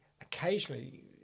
occasionally